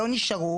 לא נשאר,